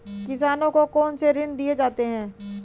किसानों को कौन से ऋण दिए जाते हैं?